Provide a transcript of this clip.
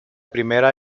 primera